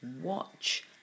Watch